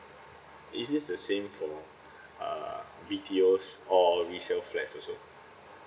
is this the same for uh B_T_Os or resale flats also